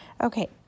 Okay